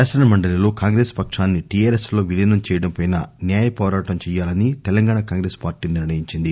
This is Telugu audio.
శాసన మండలిలో కాంగ్రెస్ పక్షాన్ని టిఆర్ఎస్లో విలీనం చేయడంపై న్యాయ పోరాటం చేయాలని తెలంగాణ కాంగ్రెస్ పార్టీ నిర్ణయించింది